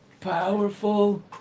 powerful